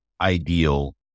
ideal